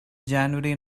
january